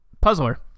puzzler